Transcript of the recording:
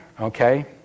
okay